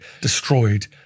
destroyed